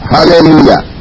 Hallelujah